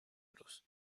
bruise